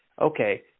okay